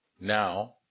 now